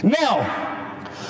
Now